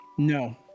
No